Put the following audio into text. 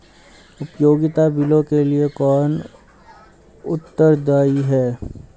उपयोगिता बिलों के लिए कौन उत्तरदायी है?